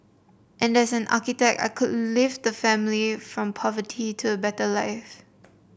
and as an architect I could lift the family from poverty to a better life